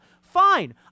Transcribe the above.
Fine